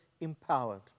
empowered